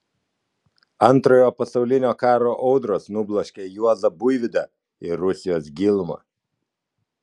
antrojo pasaulinio karo audros nubloškė juozą buivydą į rusijos gilumą